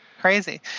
Crazy